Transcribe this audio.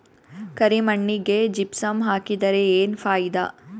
ಕರಿ ಮಣ್ಣಿಗೆ ಜಿಪ್ಸಮ್ ಹಾಕಿದರೆ ಏನ್ ಫಾಯಿದಾ?